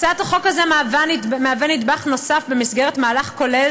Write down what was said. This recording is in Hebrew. הצעת החוק הזאת מהווה נדבך נוסף במסגרת מהלך כולל